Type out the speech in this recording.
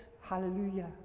hallelujah